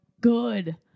good